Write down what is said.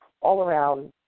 all-around